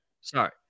Sorry